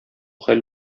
хәл